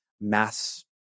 mass